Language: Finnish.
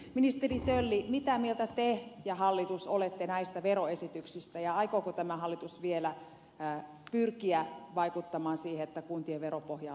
ministeri tölli mitä mieltä te ja hallitus olette näistä veroesityksistä ja aikooko tämä hallitus vielä pyrkiä vaikuttamaan siihen että kuntien veropohjaa laajennettaisiin